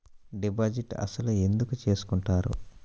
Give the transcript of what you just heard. Deposit అసలు ఎందుకు చేసుకుంటారు?